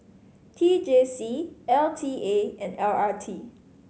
T J C L T A and L R T